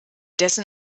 dessen